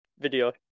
Video